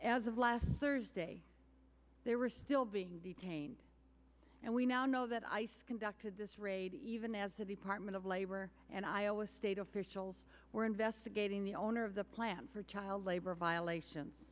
as of last thursday they were still being detained and we now know that ice conducted this raid even as to the part of labor and iowa state officials were investigating the owner of the plant for child labor violations